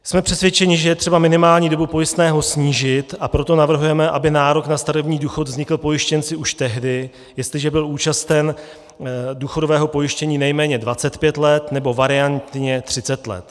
Jsme přesvědčeni, že je třeba minimální dobu pojistného snížit, a proto navrhujeme, aby nárok na starobní důchod vznikl pojištěnci už tehdy, jestliže byl účasten důchodového pojištění nejméně 25 let, nebo variantně 30 let.